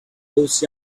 those